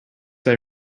that